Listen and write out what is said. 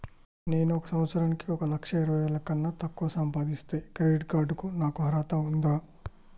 నేను సంవత్సరానికి ఒక లక్ష ఇరవై వేల కన్నా తక్కువ సంపాదిస్తే క్రెడిట్ కార్డ్ కు నాకు అర్హత ఉందా?